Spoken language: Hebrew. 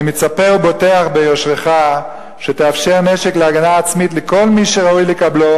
אני מצפה ובוטח ביושרך שתאפשר נשק להגנה עצמית לכל מי שראוי לקבלו,